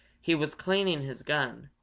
he was cleaning his gun,